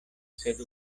sed